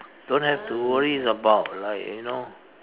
don't have to worry about like you know